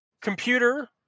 computer